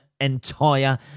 entire